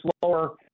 slower